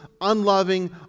unloving